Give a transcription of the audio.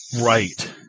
Right